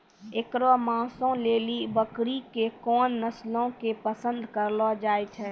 एकरो मांसो लेली बकरी के कोन नस्लो के पसंद करलो जाय छै?